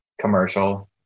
commercial